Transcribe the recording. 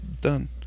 Done